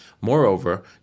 Moreover